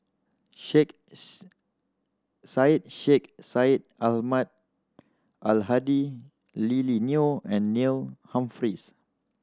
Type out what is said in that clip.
Sheikh Syed Sheikh Syed Ahmad Al Hadi Lily Neo and Neil Humphreys